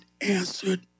answered